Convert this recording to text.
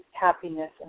happiness